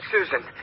Susan